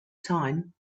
time